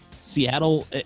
Seattle